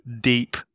deep